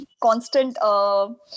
constant